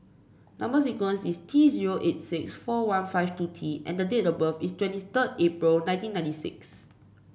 number sequence is T zero eight six four one five two T and date of birth is twenty third April nineteen ninety six